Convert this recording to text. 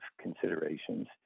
considerations